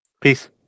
Peace